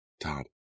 Todd